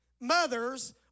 mothers